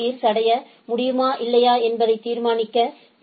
பீர்ஸ் அடைய முடியுமா இல்லையா என்பதை தீர்மானிக்க பி